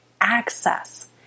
access